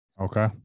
Okay